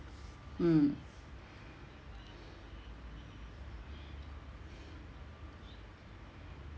mm